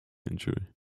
injury